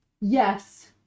yes